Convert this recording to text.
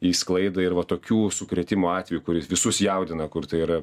į sklaidą ir va tokių sukrėtimų atveju kuris visus jaudina kur tai yra